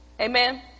Amen